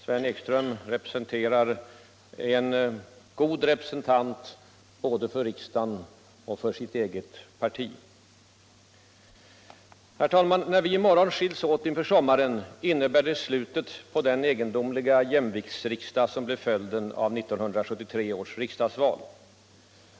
Sven Ekström är en god representant för både riksdagen och sitt eget parti. När vi, herr talman, i morgon skiljs åt inför sommaren innebär det slutet på den egendomliga jämviktsriksdag som blev följden av 1973 års riksdagsval.